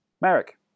Merrick